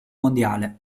mondiale